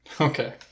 Okay